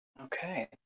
Okay